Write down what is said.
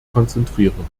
konzentrieren